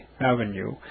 Avenue